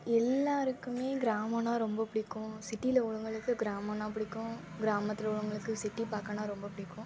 எல்லோருக்குமே கிராமன்னா ரொம்ப பிடிக்கும் சிட்டியில் உள்ளவர்களுக்கு கிராமன்னால் பிடிக்கும் கிராமத்தில் உள்ளவர்களுக்கு சிட்டி பக்கம்னால் ரொம்ப பிடிக்கும்